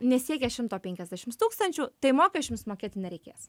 nesiekia šimto penkiasdešims tūkstančių tai mokesčių jums mokėti nereikės